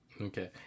okay